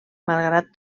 malgrat